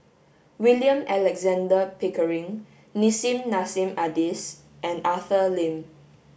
William Alexander Pickering Nissim Nassim Adis and Arthur Lim